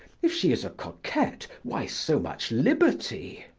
if she is a coquette, why so much liberty?